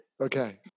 Okay